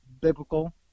biblical